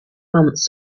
months